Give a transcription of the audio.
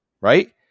right